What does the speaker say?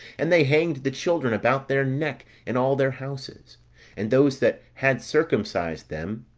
and they hanged the children about their neck in all their houses and those that had circumcised them,